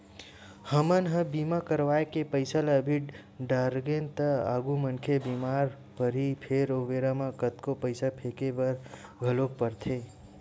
हमन ह बीमा करवाय के पईसा ल अभी डरागेन त आगु मनखे ह बीमार परही फेर ओ बेरा म कतको पईसा फेके बर घलोक परथे